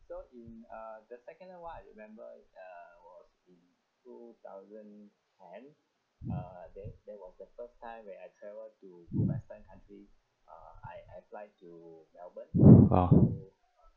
oh